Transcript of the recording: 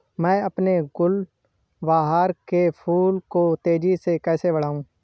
मैं अपने गुलवहार के फूल को तेजी से कैसे बढाऊं?